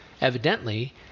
Evidently